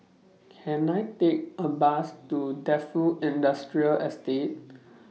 Can I Take A Bus to Defu Industrial Estate